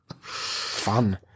Fun